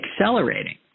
accelerating